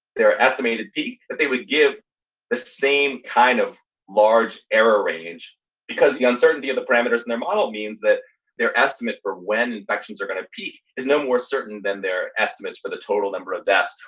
their estimated peak, that they would give the same kind of large error range because the uncertainty of the parameters in their model means that their estimate for when inspections are going to peak is no more certain than their estimates for the total number of deaths.